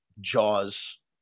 Jaws